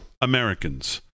Americans